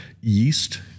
yeast